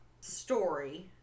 story